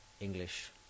English